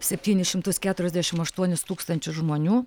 septynis šimtus keturiasdešim aštuonis tūkstančius žmonių